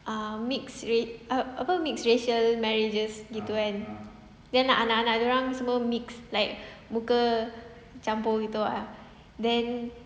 um mix re~ ah apa mixed racial marriages gitu kan then anak anak dorang semua mixed like muka campur gitu ah then